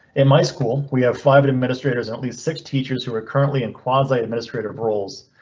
in my school, we have five administrators. at least six teachers who are currently in quasi administrative roles.